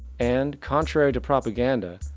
and contrary to propaganda,